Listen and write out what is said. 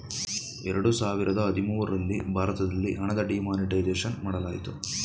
ಎರಡು ಸಾವಿರದ ಹದಿಮೂರಲ್ಲಿ ಭಾರತದಲ್ಲಿ ಹಣದ ಡಿಮಾನಿಟೈಸೇಷನ್ ಮಾಡಲಾಯಿತು